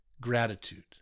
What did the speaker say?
gratitude